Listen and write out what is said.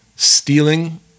Stealing